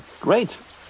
great